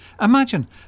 Imagine